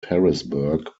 harrisburg